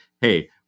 hey